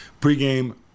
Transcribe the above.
pregame